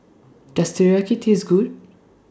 Does Teriyaki Taste Good